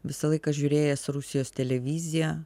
visą laiką žiūrėjęs rusijos televiziją